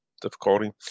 difficulty